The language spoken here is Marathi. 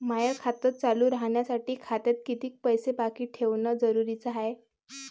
माय खातं चालू राहासाठी खात्यात कितीक पैसे बाकी ठेवणं जरुरीच हाय?